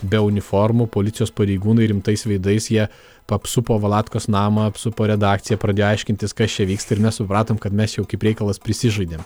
be uniformų policijos pareigūnai rimtais veidais jie apsupo valatkos namą apsupo redakciją pradėjo aiškintis kas čia vyksta ir mes supratom kad mes jau kaip reikalas prisižaidėm